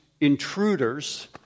intruders